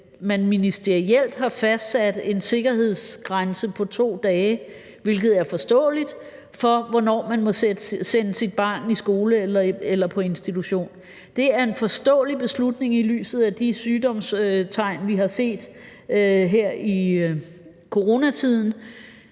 at man ministerielt har fastsat en sikkerhedsgrænse på to dage, hvilket er forståeligt, for, hvornår man må sende sit barn i skole eller på institution. Det er en forståelig beslutning i lyset af de sygdomstegn, vi har set her i coronatiden,